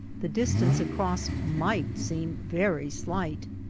the distance across might seem very slight.